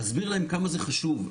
להסביר להם כמה זה חשוב.